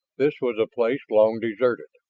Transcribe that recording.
this was a place long deserted.